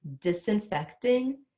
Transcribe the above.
disinfecting